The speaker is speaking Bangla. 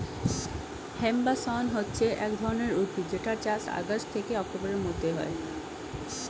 হেম্প বা শণ হচ্ছে এক ধরণের উদ্ভিদ যেটার চাষ আগস্ট থেকে অক্টোবরের মধ্যে হয়